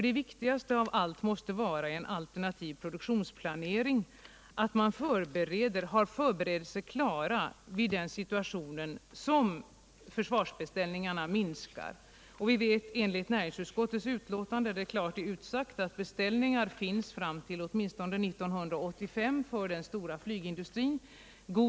Det viktigaste av allt måste nämligen vara en planering för alternativ produktion, så att man har förberedelser klara i en situation där försvarsbeställningarna minskar. Det är i näringsutskottets betänkande klart utsagt att beställningar finns fram till åtminstone år 1985 för den stora flygindustrin.